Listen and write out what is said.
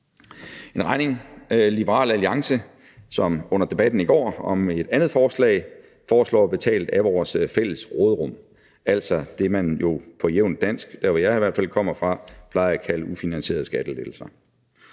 en regning, som Liberal Alliance ligesom under debatten i går om et andet forslag foreslår betalt af vores fælles råderum, altså det, man på jævnt dansk, i hvert fald der, hvor jeg kommer fra, plejer at kalde ufinansierede skattelettelser.